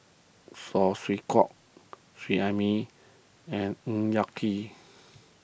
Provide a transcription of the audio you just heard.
Saw Swee Hock Seet Ai Mee and Ng Yak Whee